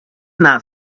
not